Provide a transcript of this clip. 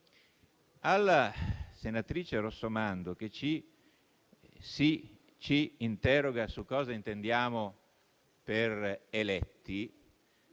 Alla senatrice Rossomando, che si e ci interroga su cosa intendiamo per «eletti»,